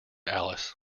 alice